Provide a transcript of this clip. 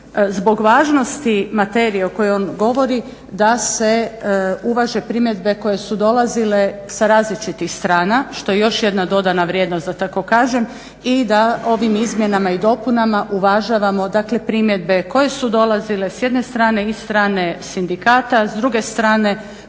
zbog važnosti materije o kojoj on govori da se uvaže primjedbe koje su dolazile sa različitih strana što je još jedna dodana vrijednost da tako kažem i da ovim izmjenama i dopunama uvažavamo dakle primjedbe koje su dolazile s jedne strane i strane sindikata, s druge strane